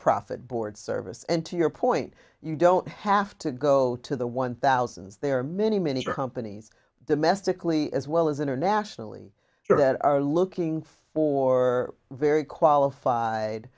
profit board service and to your point you don't have to go to the one thousands there are many many companies domestically as well as internationally that are looking for very qualified